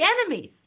enemies